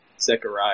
Zechariah